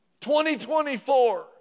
2024